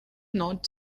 not